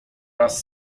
raz